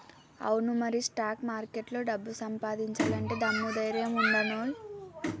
అవును మరి స్టాక్ మార్కెట్లో డబ్బు సంపాదించాలంటే దమ్ము ధైర్యం ఉండానోయ్